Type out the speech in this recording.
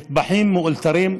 מטבחים מאולתרים,